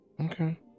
okay